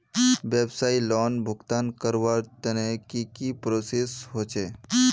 व्यवसाय लोन भुगतान करवार तने की की प्रोसेस होचे?